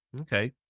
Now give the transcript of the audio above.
Okay